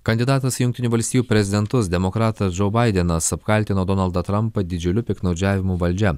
kandidatas į jungtinių valstijų prezidentus demokratas džo baidenas apkaltino donaldą trampą didžiuliu piktnaudžiavimu valdžia